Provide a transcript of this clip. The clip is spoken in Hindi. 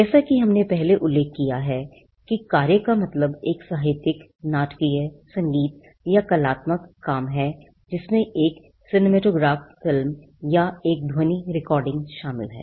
जैसा कि हमने पहले ही उल्लेख किया है कि कार्य का मतलब एक साहित्यिक नाटकीय संगीत या कलात्मक काम है जिसमें एक सिनेमैटोग्राफ फिल्म या एक ध्वनि रिकॉर्डिंग शामिल है